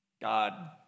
God